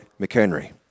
McHenry